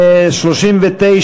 סעיף 39,